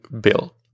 bill